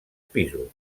pisos